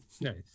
Nice